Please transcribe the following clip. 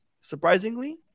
surprisingly